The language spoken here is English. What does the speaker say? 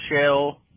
shell